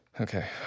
Okay